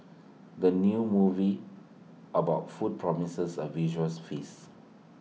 the new movie about food promises A visual feast